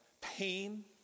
pain